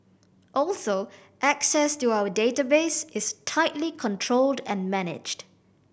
also access to our database is tightly controlled and managed